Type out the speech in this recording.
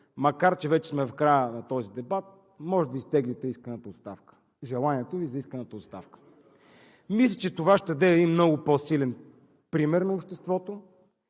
макар че вече сме в края на този дебат, може да изтеглите исканата оставка, желанието Ви за исканата оставка. Мисля, че това ще даде един много по-силен пример на обществото